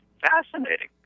Fascinating